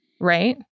Right